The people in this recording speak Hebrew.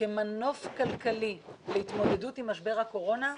כמנוף כלכלי להתמודדות עם משבר הקורונה ובכלל.